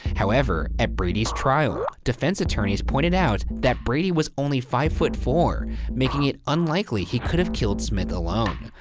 however, at brady's trial, defense attorneys pointed out that brady was only five foot four making it unlikely he could have killed smith alone,